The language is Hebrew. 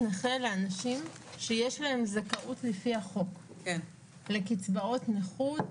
לאנשים שיש להם זכאות לפי החוק לקצבאות נכות,